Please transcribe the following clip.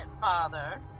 Father